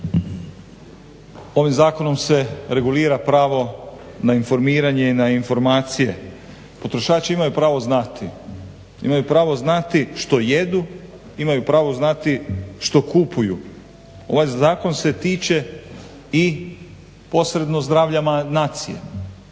ovim zakonom se regulira pravo na informiranje, na informacije. Potrošači imaju pravo znati, imaju pravo znati što jedu, imaju pravo znati što kupuju. Ovaj zakon se tiče i posredno zdravlja nacije.